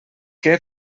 que